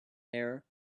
hair